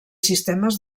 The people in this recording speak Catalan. sistemes